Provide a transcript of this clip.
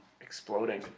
exploding